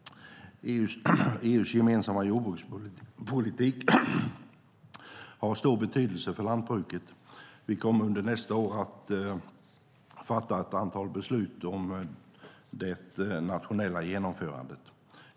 EU:s gemensamma jordbrukspolitik har stor betydelse för lantbruket. Vi kommer under nästa år att fatta ett antal beslut om det nationella genomförandet.